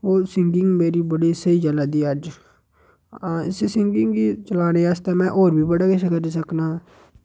होर सिंगिंग मेरी बड़ी स्हेई चला दी ऐ अज्ज अ सिंगिंग गी चलाने आस्तै में होर बी बड़ा किश करी सकनां